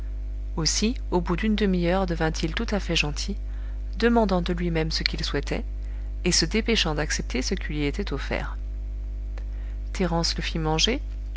aussi au bout d'une demi-heure devint-il tout à fait gentil demandant de lui-même ce qu'il souhaitait et se dépêchant d'accepter ce qui lui était offert thérence le fit manger